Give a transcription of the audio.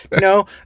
no